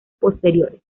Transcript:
posteriores